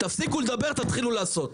תפסיקו לדבר, תתחילו לעשות.